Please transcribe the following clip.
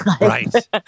right